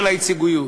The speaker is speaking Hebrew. של הייצוגיות,